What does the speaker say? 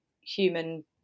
human